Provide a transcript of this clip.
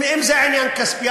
אם זה עניין כספי,